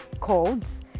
codes